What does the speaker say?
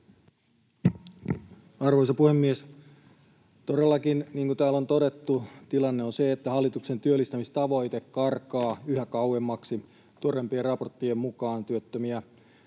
Arvoisa puhemies! Todellakin, niin kuin täällä on todettu, tilanne on se, että hallituksen työllistämistavoite karkaa yhä kauemmaksi. Tuoreimpien raporttien mukaan työttömiä